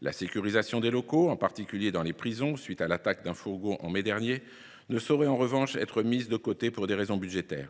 La sécurisation des locaux, en particulier dans les prisons, à la suite de l’attaque d’un fourgon en mai dernier, ne saurait, en revanche, être mise de côté pour des raisons budgétaires.